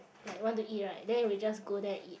like want to eat right then we just go there and eat